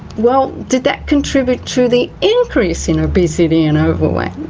well, did that contribute to the increase in obesity and overweight?